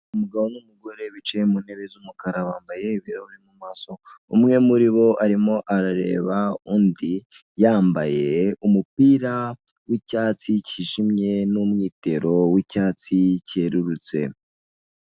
Umugabo n'umugore bicaye mu ntebe z'umukara bambaye ibirahure mu maso, umwe muri bo arimo arareba undi yambaye umupira w'icyatsi kijimye n'umwitero w'icyatsi cyererutse.